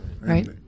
Right